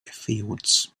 fields